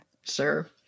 Sure